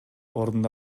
ордунда